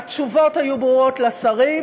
והתשובות היו ברורות לשרים,